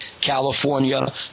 California